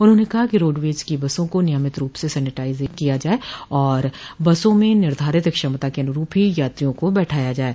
उन्होंने कहा कि रोडवेज की बसों को नियमित रूप से सेनिटाइज किया जाये और बसों में निर्धारित क्षमता के अनुरूप ही यात्रियों को बैठाया जाये